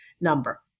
number